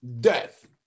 death